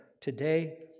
today